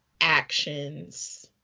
actions